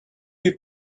est